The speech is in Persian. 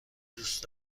دوست